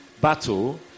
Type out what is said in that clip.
battle